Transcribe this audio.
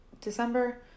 December